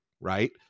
right